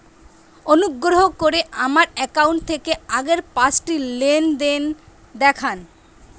অনুগ্রহ করে আমার অ্যাকাউন্ট থেকে আগের পাঁচটি লেনদেন দেখান